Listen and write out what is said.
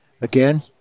again